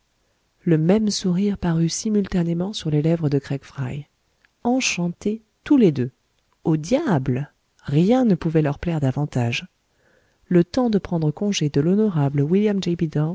le même sourire parut simultanément sur les lèvres de craig fry enchantés tous les deux au diable rien ne pouvait leur plaire davantage le temps de prendre congé de l'honorable william